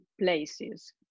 places